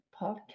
podcast